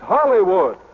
Hollywood